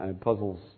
puzzles